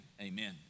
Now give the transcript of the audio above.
amen